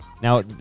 Now